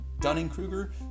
Dunning-Kruger